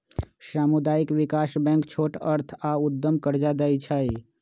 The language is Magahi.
सामुदायिक विकास बैंक छोट अर्थ आऽ उद्यम कर्जा दइ छइ